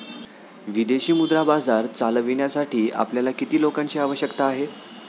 विदेशी मुद्रा बाजार चालविण्यासाठी आपल्याला किती लोकांची आवश्यकता आहे?